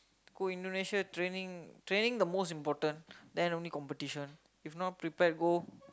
go Indonesia training training the most important then only competition if not prepared go